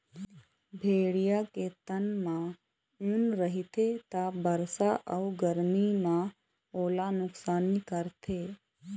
भेड़िया के तन म ऊन रहिथे त बरसा अउ गरमी म ओला नुकसानी करथे